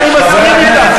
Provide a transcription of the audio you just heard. אני מסכים אתך.